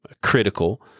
Critical